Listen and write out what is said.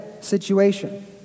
situation